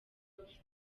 ufite